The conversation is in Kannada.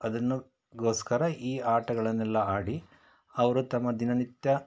ಅದನ್ನು ಗೋಸ್ಕರ ಈ ಆಟಗಳನ್ನೆಲ್ಲ ಆಡಿ ಅವರು ತಮ್ಮ ದಿನನಿತ್ಯ